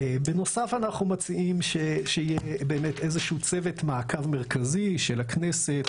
בנוסף אנחנו מציעים שיהיה באמת איזשהו צוות מעקב מרכזי של הכנסת,